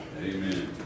Amen